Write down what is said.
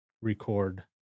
record